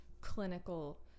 clinical